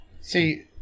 see